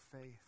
faith